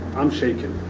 i'm shaken